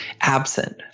absent